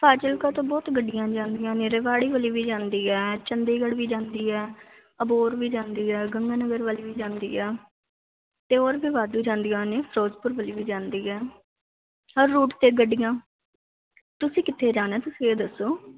ਫਾਜਿਲਕਾ ਤੋਂ ਬਹੁਤ ਗੱਡੀਆਂ ਜਾਂਦੀਆਂ ਨੇ ਰਵਾੜੀ ਵਾਲੀ ਵੀ ਜਾਂਦੀ ਹੈ ਚੰਡੀਗੜ੍ਹ ਵੀ ਜਾਂਦੀ ਹੈ ਅਬੋਰ ਵੀ ਜਾਂਦੀ ਹੈ ਗੰਗਾ ਨਗਰ ਵਾਲੀ ਵੀ ਜਾਂਦੀ ਆ ਅਤੇ ਹੋਰ ਵੀ ਵਾਧੂ ਜਾਂਦੀਆਂ ਨੇ ਫਿਰੋਜ਼ਪੁਰ ਵੱਲ ਵੀ ਜਾਂਦੀ ਹੈ ਹਰ ਰੂਟ 'ਤੇ ਗੱਡੀਆਂ ਤੁਸੀਂ ਕਿੱਥੇ ਜਾਣਾ ਤੁਸੀਂ ਇਹ ਦੱਸੋ